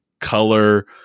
color